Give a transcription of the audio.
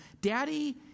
daddy